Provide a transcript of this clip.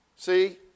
See